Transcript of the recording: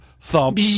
thump